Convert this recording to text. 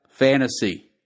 Fantasy